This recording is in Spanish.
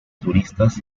turistas